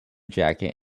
jacket